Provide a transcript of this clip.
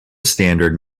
standard